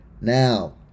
Now